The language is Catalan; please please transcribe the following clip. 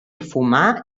fumar